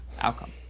outcome